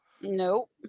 Nope